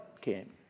came